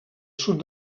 sud